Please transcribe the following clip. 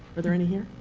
are there any here?